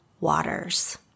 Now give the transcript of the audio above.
waters